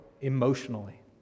emotionally